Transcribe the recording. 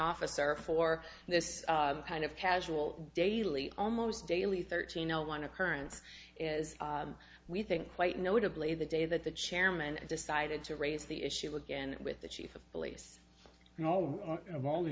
officer for this kind of casual daily almost daily thirteen no one occurrence is we think quite notably the day that the chairman decided to raise the issue again with the chief of police and all of all